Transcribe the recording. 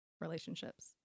relationships